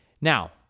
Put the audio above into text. Now